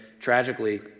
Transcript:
tragically